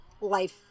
Life